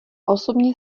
osobně